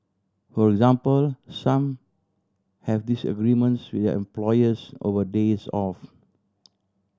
for example some have disagreements with their employers over days off